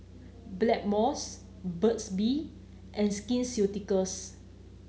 Blackmores Burt's Bee and Skin Ceuticals